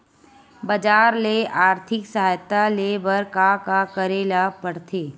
बजार ले आर्थिक सहायता ले बर का का करे ल पड़थे?